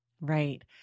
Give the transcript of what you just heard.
Right